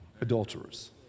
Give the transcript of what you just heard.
adulterers